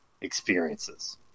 experiences